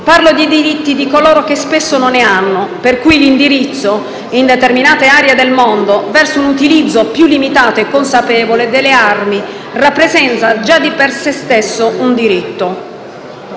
Parlo dei diritti di coloro che spesso non ne hanno, per cui l'indirizzo, in determinate aree del mondo, verso un utilizzo più limitato e consapevole delle armi rappresenta già di per se stesso un diritto.